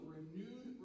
renewed